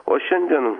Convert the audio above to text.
o šiandien